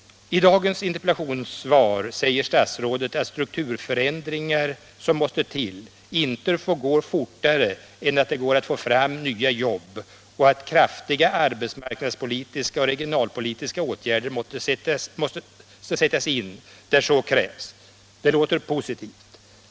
I dagens interpellationssvar säger statsrådet att de strukturförändringar som måste till inte får gå fortare än att det går att få fram nya jobb och att kraftiga arbetsmarknadspolitiska och regionalpolitiska åtgärder måste sättas in där så krävs. Det låter positivt.